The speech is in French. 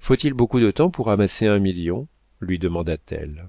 faut-il beaucoup de temps pour amasser un million lui demanda-t-elle